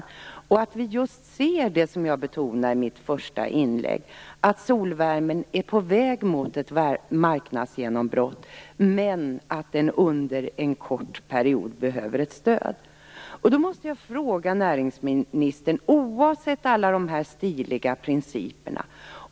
Jag tror att vi ser just det som jag betonade i mitt första inlägg, nämligen att solvärmen är på väg mot ett marknadsgenombrott men att den under en kort period behöver ett stöd. Då måste jag ställa en fråga till näringsministern oavsett alla stiliga principer.